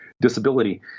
disability